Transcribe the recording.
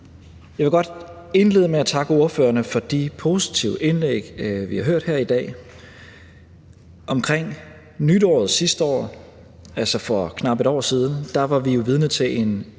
Jeg vil godt indlede med at takke ordførerne for de positive indlæg, vi har hørt her i dag. Omkring nytår sidste år, altså for knap et år siden, var vi vidne til en